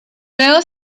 luego